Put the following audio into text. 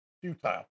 futile